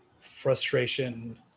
frustration